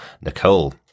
Nicole